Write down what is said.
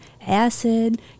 Acid